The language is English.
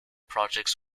projects